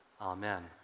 Amen